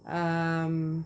um